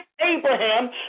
Abraham